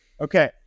Okay